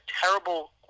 terrible